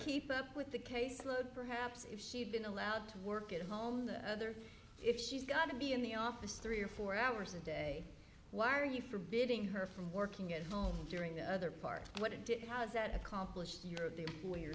keep up with the caseload perhaps if she'd been allowed to work at home the other if she's got to be in the office three or four hours a day why are you forbidding her from working at home during the other part what it did was it accomplished your player